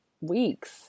weeks